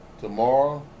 tomorrow